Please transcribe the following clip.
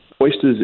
Oysters